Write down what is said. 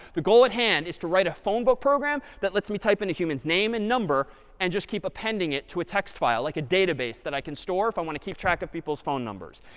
the goal at hand is to write a phone book program that lets me type in a human's name and number and just keep appending it to a text file, like a database that i can store if i want to keep track of people's phone numbers.